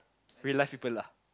real life people ah